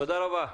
תודה רבה.